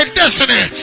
destiny